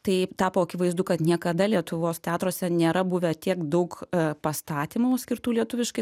tai tapo akivaizdu kad niekada lietuvos teatruose nėra buvę tiek daug pastatymų skirtų lietuviškai